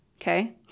Okay